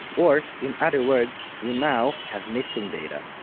or in other words, we now have missing data.